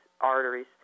arteries